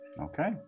Okay